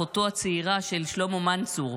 אחותו הצעירה של שלמה מנצור.